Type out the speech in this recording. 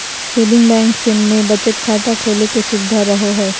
saving bank मे बचत खाता खोले के सुविधा रहो हय